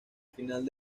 final